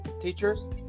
teachers